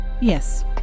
Yes